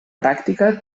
pràctica